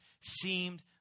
seemed